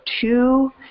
two